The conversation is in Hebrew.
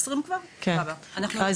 כמה בסך הכול?